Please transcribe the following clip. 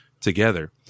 together